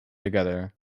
together